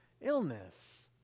illness